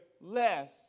less